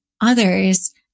others